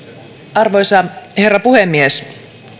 arvoisa herra puhemies